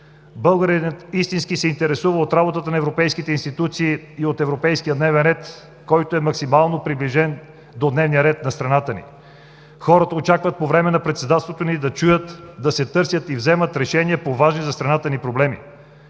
Българинът истински се интересува от работата на европейските институции и от европейския дневен ред, който е максимално приближен до дневния ред на страната ни. Хората очакват по време на Председателството ни да чуят, че се търсят и вземат решения по важни за страната ни проблеми.